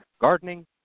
gardening